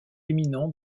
éminent